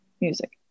music